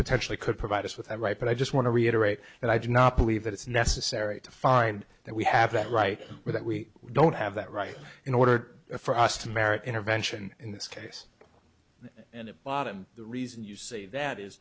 potentially could provide us with a right but i just want to reiterate and i do not believe that it's necessary to find that we have that right or that we don't have that right in order for us to merit intervention in this case and a lot and the reason you say that is